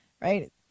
right